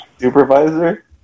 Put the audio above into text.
Supervisor